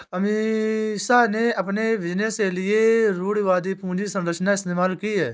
अमीषा ने अपने बिजनेस के लिए रूढ़िवादी पूंजी संरचना इस्तेमाल की है